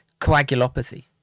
coagulopathy